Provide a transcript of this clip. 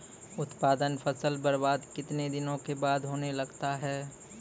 उत्पादन फसल बबार्द कितने दिनों के बाद होने लगता हैं?